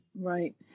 Right